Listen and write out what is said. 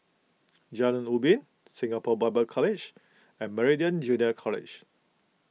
Jalan Ubin Singapore Bible College and Meridian Junior College